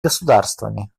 государствами